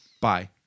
Bye